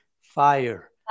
fire